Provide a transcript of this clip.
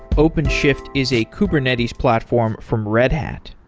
openshift is a kubernetes platform from red hat.